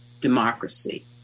democracy